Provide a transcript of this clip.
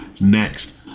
Next